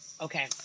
okay